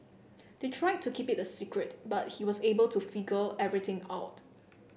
they tried to keep it a secret but he was able to figure everything out